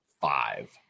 five